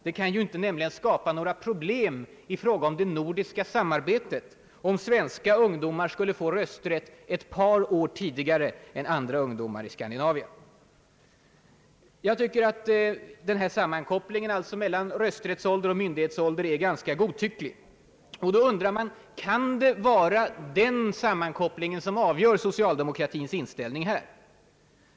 Det kan inte skapa några problem i fråga om det nordiska samarbetet, om svenska ungdomar skulle få rösträtt ett par år tidigare än andra ungdomar i Skandinavien. Jag tycker alltså att denna sammankoppling mellan rösträttsålder och myndighetsålder är ohållbar. Kan det vara den sammankopplingen som avgör socialdemokratiens inställning i denna fråga?